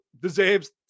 deserves